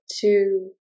two